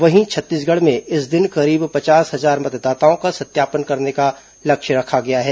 वहीं छत्तीसगढ़ में इस दिन करीब पचास हजार मतदाताओं का सत्यापन करने का लक्ष्य रखा गया है